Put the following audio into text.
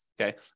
okay